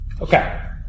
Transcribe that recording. Okay